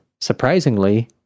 surprisingly